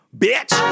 Bitch